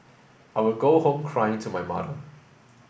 I would go home crying to my mother